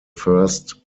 first